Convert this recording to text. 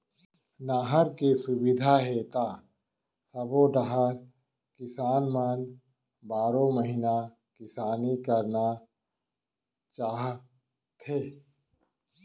नहर के सुबिधा हे त सबो डहर किसान मन बारो महिना किसानी करना चाहथे